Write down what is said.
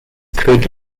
could